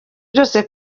byose